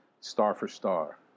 star-for-star